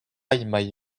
emañ